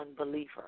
unbeliever